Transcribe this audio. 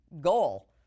goal